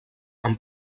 amb